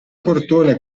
portone